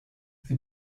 sie